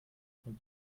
von